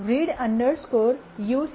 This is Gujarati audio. રીડ યુ16 હશે